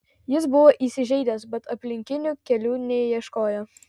jis buvo įsižeidęs bet aplinkinių kelių neieškojo